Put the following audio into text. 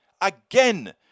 Again